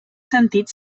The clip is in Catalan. sentit